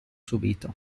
subito